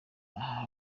aha